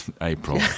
April